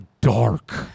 dark